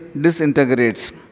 disintegrates